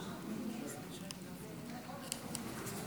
בנייה לשם הקמת מרחב מוגן בבית מורכב),